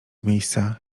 miejsca